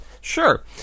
Sure